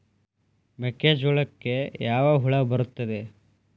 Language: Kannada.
ಮೆಕ್ಕೆಜೋಳಕ್ಕೆ ಯಾವ ಹುಳ ಬರುತ್ತದೆ?